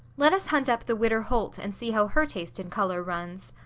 let us hunt up the widder holt and see how her taste in colour runs.